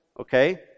Okay